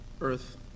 earth